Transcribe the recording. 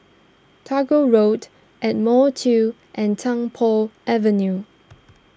Tagore Road Ardmore two and Tung Po Avenue